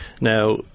Now